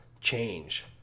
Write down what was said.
change